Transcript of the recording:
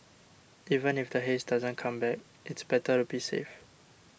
even if the haze doesn't come back it's better to be safe